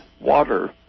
water